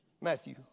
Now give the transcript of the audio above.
Matthew